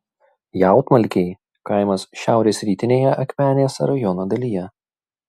jautmalkiai kaimas šiaurės rytinėje akmenės rajono dalyje